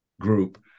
group